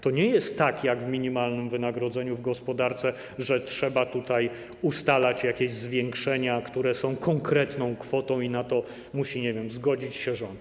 To nie jest tak, jak w minimalnym wynagrodzeniu w gospodarce, że trzeba tutaj ustalać jakieś zwiększenia, które są konkretną kwotą i na to musi, nie wiem, zgodzić się rząd.